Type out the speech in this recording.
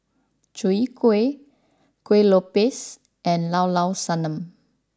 Chwee Kueh Kuih Lopes and Llao Llao Sanum